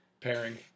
Pairing